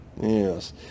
yes